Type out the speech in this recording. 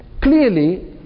clearly